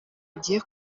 ugiye